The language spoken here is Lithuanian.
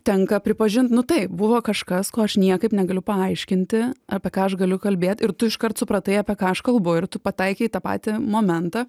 tenka pripažint nu taip buvo kažkas ko aš niekaip negaliu paaiškinti apie ką aš galiu kalbėt ir tu iškart supratai apie ką aš kalbu ir tu pataikei į tą patį momentą